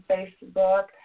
Facebook